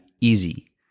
easy